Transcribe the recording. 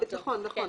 נכון.